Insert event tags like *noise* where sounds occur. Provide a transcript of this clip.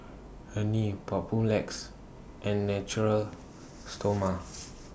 Rene Papulex and Natura Stoma *noise*